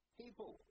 people